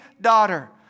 daughter